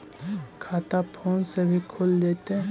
खाता फोन से भी खुल जाहै?